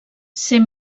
ser